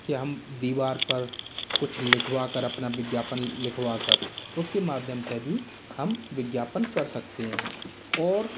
के हम दीवार पर कुछ लिखवाकर अपना विज्ञापन लिखवा कर उसके माध्यम से भी हम विज्ञापन कर सकते हैं और